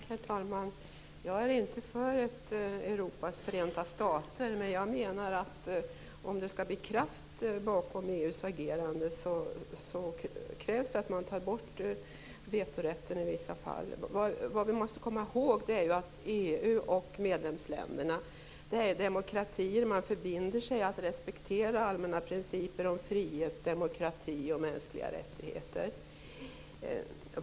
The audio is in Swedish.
Herr talman! Jag är inte för ett Europas förenta stater. Men om det skall bli kraft bakom EU:s agerande krävs det att vetorätten tas bort i vissa fall. EU och medlemsländerna är demokratier. Man förbinder sig att respektera allmänna principer om frihet, demokrati och mänskliga rättigheter.